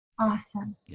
Awesome